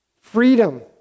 freedom